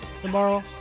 tomorrow